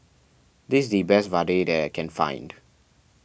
this is the best Vadai that I can find